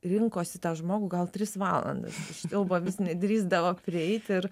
rinkosi tą žmogų gal tris valandas iš siaubo vis nedrįsdavo prieiti ir